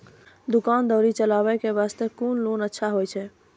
दुकान दौरी चलाबे के बास्ते कुन लोन अच्छा होय छै?